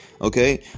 Okay